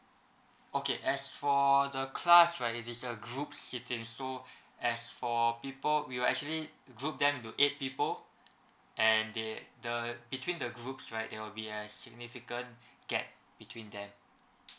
okay as for the class right it is a group seating so as for people we will actually group them into eight people and they the between the groups right there will be a significant gap between them